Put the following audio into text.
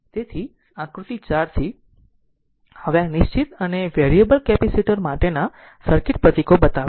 તેથી આકૃતિ 4 થી હવે આ નિશ્ચિત અને વેરીએબલ કેપેસિટર માટેના સર્કિટ પ્રતીકો બતાવે છે